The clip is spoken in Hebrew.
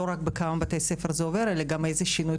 לא רק בכמה בתי ספר זה עובר אלא גם איזה שינוי